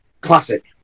classic